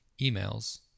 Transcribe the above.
emails